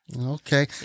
Okay